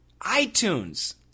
iTunes